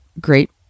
great